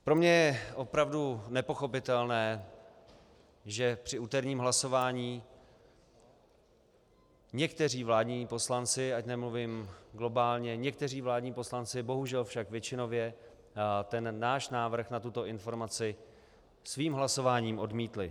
Pro mě je opravdu nepochopitelné, že při úterním hlasování někteří vládní poslanci, ať nemluvím globálně, někteří vládní poslanci, bohužel však většinově, náš návrh na tuto informaci svým hlasováním odmítli.